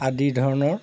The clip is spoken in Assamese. আদি ধৰণৰ